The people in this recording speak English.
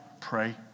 pray